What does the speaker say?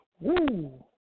Woo